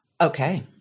Okay